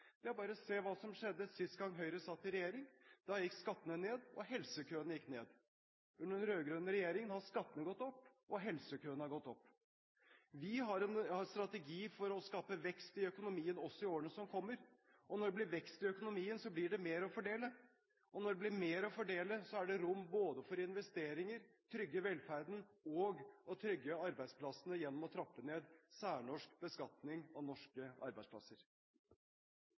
det er bare å se hva som skjedde siste gang Høyre satt i regjering. Da gikk skattene ned, og helsekøene gikk ned. Under den rød-grønne regjeringen har skattene gått opp, og helsekøene har gått opp. Vi har strategi for å skape vekst i økonomien også i årene som kommer. Når det blir vekst i økonomien, blir det mer å fordele. Og når det blir mer å fordele, er det rom både for investeringer, å trygge velferden og å trygge arbeidsplassene gjennom å trappe ned særnorsk beskatning av norske arbeidsplasser.